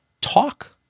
talk